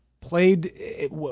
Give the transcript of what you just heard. played